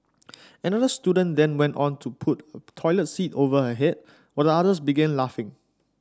another student then went on to put a toilet seat over her head while the others began laughing